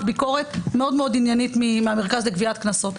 ביקורת מאוד מאוד עניינית מהמרכז לגביית קנסות.